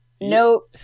no